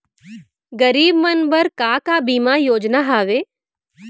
गरीब मन बर का का बीमा योजना हावे?